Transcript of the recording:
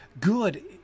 Good